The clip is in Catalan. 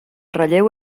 relleu